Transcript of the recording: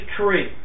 tree